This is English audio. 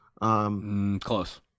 Close